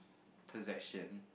possession